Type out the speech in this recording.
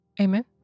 Amen